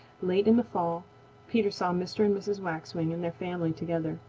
late in the fall peter saw mr. and mrs. waxwing and their family together.